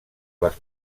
les